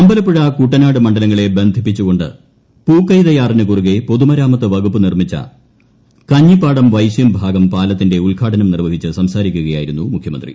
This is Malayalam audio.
അമ്പലപ്പുഴ കുട്ടനാട് മണ്ഡലങ്ങളെ ബന്ധിപ്പിച്ചുകൊണ്ട് പൂക്കൈതയാറിനു കുറുകെ പൊതുമരാമത്ത് വകുപ്പ് നിർമ്മിച്ച കഞ്ഞിപ്പാടം വൈശ്യം ഭാഗം പാലത്തിന്റെ ഉദ്ഘാടനം നിർവഹിച്ച് സംസാരിക്കുകയായിരുന്നു മുഖ്യമന്ത്രി